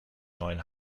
neuen